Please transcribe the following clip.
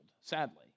sadly